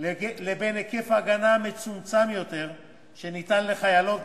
לבין היקף ההגנה המצומצם יותר שניתן לחיילות